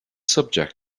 subject